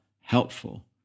helpful